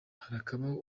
harakabaho